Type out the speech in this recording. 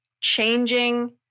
changing